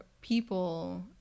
people